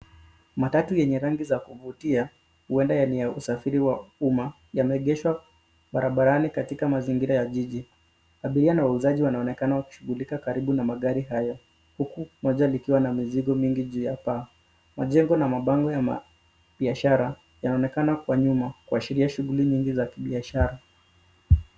Matatu yenye rangi za kuvutia, huenda ni ya usafiri wa umma yameegeshwa barabarani katika mazingira ya jiji. Abiria na wauzaji wanaonekana wakishughulika karibu na magari hayo, huku moja likiwa na mizigo mingi juu ya paa. Majengo na mabango ya mabiashara yanaonekana kwa nyuma kuashiria shughuli nyingi za kibiashara.